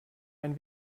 ein